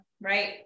right